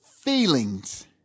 feelings